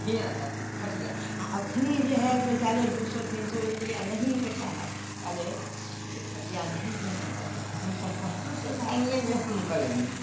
बिनाता था खटिया अखनी यहे से ज़्यादा दो सौ तीन सौ रुपया नहीं लेता है पहले जैसे खटिया नहीं बिनाते हैं तो हम सब कहाँ से लाएंगे जो हम करेंगे